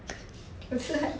I feel like